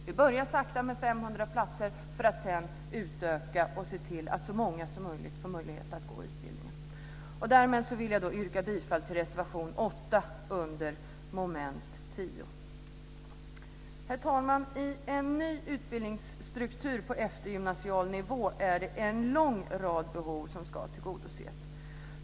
Vi börjar sakta med 500 platser för att sedan utöka och se till att så många som möjligt får möjlighet att gå utbildningen. Därmed vill jag yrka bifall till reservation 8 under punkt 10. Herr talman! I en ny utbildningssstruktur på eftergymnasial nivå är det en lång rad behov som ska tillgodoses.